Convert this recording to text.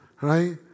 right